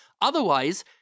Otherwise